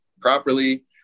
properly